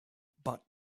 but